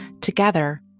Together